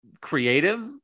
creative